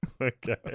Okay